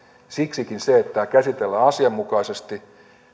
siksikin se että tämä käsitellään asianmukaisesti